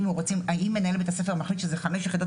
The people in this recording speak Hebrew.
אם מנהל בית הספר מחליט שזה חמש יחידות